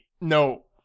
No